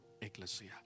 Ecclesia